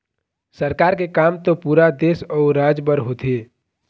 सरकार के काम तो पुरा देश अउ राज बर होथे